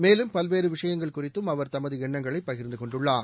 மேலும் பல்வேறு விஷயங்கள் குறித்தும் அவர் தமது எண்ணங்களை பகிர்ந்து கொண்டுள்ளார்